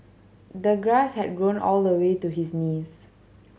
the grass had grown all the way to his knees